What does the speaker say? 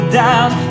down